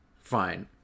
fine